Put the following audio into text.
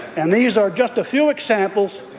and these are just a few examples,